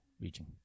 reaching